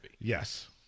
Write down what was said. Yes